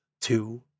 two